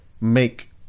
make